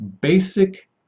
basic